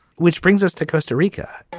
which brings us to costa rica